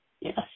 Yes